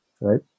right